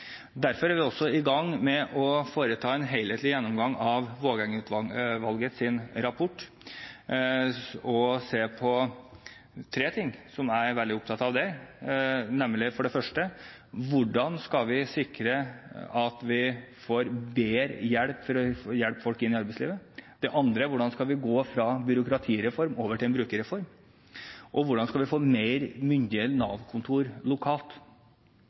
Derfor er vi også i gang med å foreta en helhetlig gjennomgang av Vågeng-utvalgets rapport. Det er tre ting som jeg er veldig opptatt av der, for det første: Hvordan skal vi sikre at vi bedre kan hjelpe folk inn i arbeidslivet? Det andre er: Hvordan skal vi gå fra byråkratireform over til en brukerreform? Og: Hvordan skal vi få mer myndige Nav-kontorer lokalt,